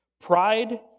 Pride